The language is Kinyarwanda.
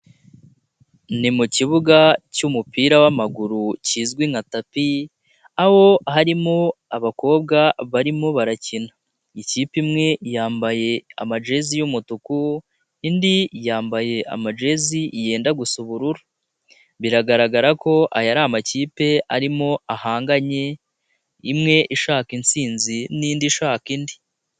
Ni mu kibuga cy'umupira w'amaguru kizwi nka tapi aho harimo abakobwa barimo barakina, ikipe imwe yambaye amajezi y'umutuku indi yambaye amajezi yenda gusa ubururu, biragaragara ko aya ari amakipe arimo ahanganye imwe ishaka intsinzi n'indi ishaka indi.